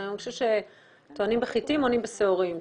אני מרגישה שטוענים בחיטים, עונים בשעורים.